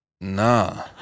Nah